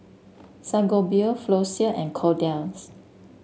Sangobion Floxia and Kordel's